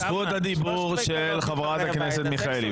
--- זכות הדיבור של חברת הכנסת מיכאלי,